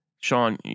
Sean